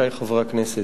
עמיתי חברי הכנסת,